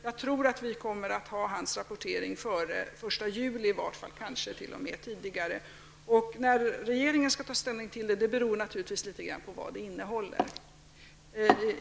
Jag tror att vi kommer att ha hans utredning åtminstone före den 1 juli, kanske t.o.m. tidigare. Tidpunkten för regeringens ställningstagande beror på utredningens innehåll.